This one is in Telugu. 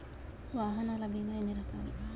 వాహనాల బీమా ఎన్ని రకాలు?